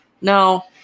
no